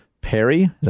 Perry